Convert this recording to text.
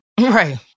Right